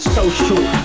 Social